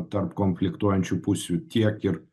tarp konfliktuojančių pusių tiek ir